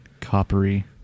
coppery